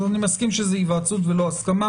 אני מסכים שזה היוועצות ולא הסכמה